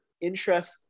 interest